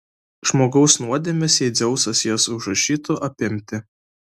žmogaus nuodėmes jei dzeusas jas užrašytų apimti